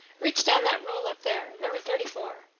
reach down that roll up there number thirty four.